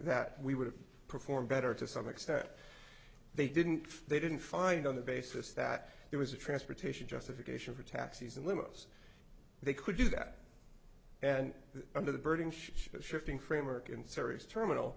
that we would have performed better to some extent they didn't they didn't find on the basis that there was a transportation justification for taxis and limos they could do that and under the burden shifting framework and series terminal